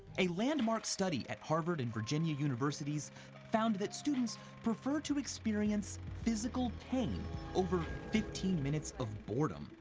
a landmark study at harvard and virginia universities found that students prefer to experience physical pain over fifteen minutes of boredom.